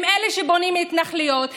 הם אלה שבונים התנחלויות,